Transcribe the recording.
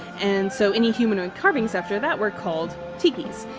and so any humanoid carvings after that were called tikis.